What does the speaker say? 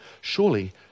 surely